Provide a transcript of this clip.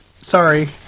Sorry